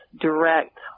direct